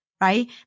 right